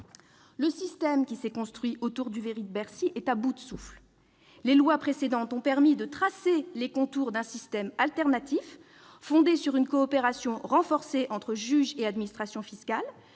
Le système qui s'est construit autour du « verrou de Bercy » est à bout de souffle. Les lois précédentes ont permis de tracer les contours d'un système alternatif, fondé sur une coopération renforcée entre juges et administration fiscale,